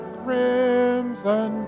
crimson